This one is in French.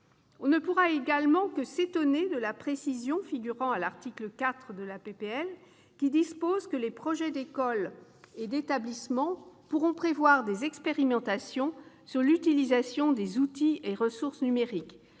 On ne pourra également que s'étonner de la précision figurant à l'article 4, selon laquelle les projets d'école et d'établissement pourront prévoir des expérimentations sur « l'utilisation des outils et ressources numériques